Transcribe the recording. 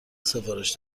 سفارش